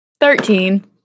Thirteen